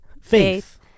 Faith